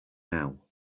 now